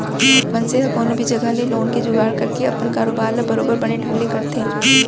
मनसे ह कोनो भी जघा ले लोन के जुगाड़ करके अपन कारोबार ल बरोबर बने ढंग ले करथे